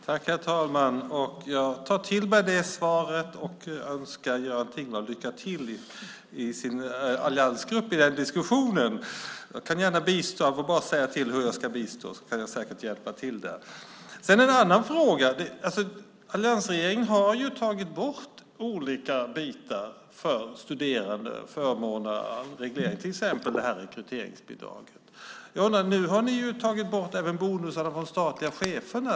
Herr talman! Jag tar till mig det svaret och önskar Göran Thingwall lycka till i sin alliansgrupp med den diskussionen. Jag kan gärna bistå. Han får bara säga till hur jag ska bistå, så kan jag säkert hjälpa till där. Jag vill ta upp en annan fråga. Alliansregeringen har ju tagit bort olika bitar, förmåner och regleringar, för studerande, till exempel rekryteringsbidraget. Jag undrar: Nu har ni ju tagit bort även bonusarna från de statliga cheferna.